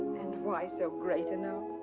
and why so great a no?